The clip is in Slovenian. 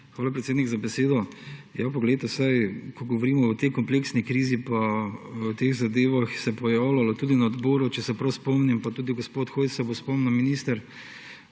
Hvala, predsednik, za besedo. Ko govorimo o tej kompleksni krizi pa teh zadevah, se je pojavljalo tudi na odboru, če se prav spomnim, pa tudi gospod Hojs se bo spomnil, minister,